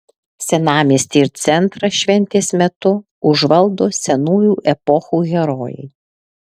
senamiestį ir centrą šventės metu užvaldo senųjų epochų herojai